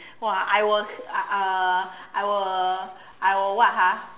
!wah! I was uh uh I will I will what ha